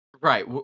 right